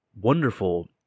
wonderful